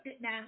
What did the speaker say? now